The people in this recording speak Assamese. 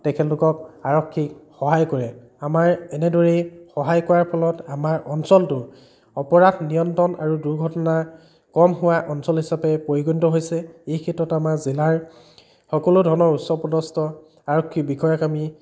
তেখেতলোকক আৰক্ষীক সহায় কৰে আমাৰ এনেদৰেই সহায় কৰাৰ ফলত আমাৰ অঞ্চলটোৰ অপৰাধ নিয়ন্ত্ৰণ আৰু দুৰ্ঘটনা কম হোৱা অঞ্চল হিচাপে পৰিগণিত হৈছে এই ক্ষেত্ৰত আমাৰ জিলাৰ সকলো ধৰণৰ উচ্চপদস্থ আৰক্ষী বিষয়াক আমি